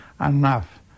enough